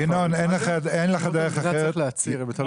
ינון, אין לך דרך אחרת.